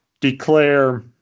Declare